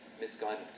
misguidance